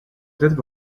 that